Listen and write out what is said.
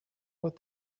what